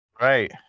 Right